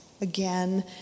again